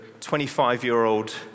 25-year-old